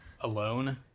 Alone